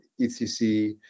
ECC